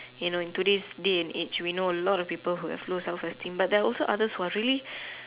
you know in today's day and age we know a lot of people who have low self esteem but there are also others who are really